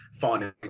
finding